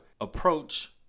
approach